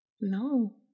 No